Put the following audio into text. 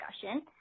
discussion